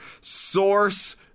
source